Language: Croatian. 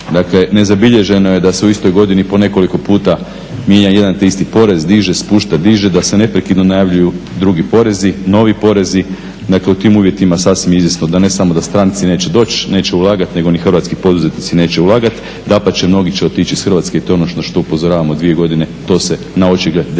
Dakle, nezabilježno je da se u istoj godini po nekoliko puta mijenja jedan te isti porez, diže, spušta, diže, da se neprekidno najavljuju drugi porezi, novi porezi. Dakle, u tim uvjetima je sasvim izvjesno da ne samo da stranci neće doći, neće ulagat, nego ni hrvatski poduzetnici neće ulagati, dapače mnogi će otići iz Hrvatske i to je ono na što upozoravamo 2 godine, to se na očigled dešava